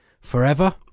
forever